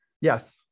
Yes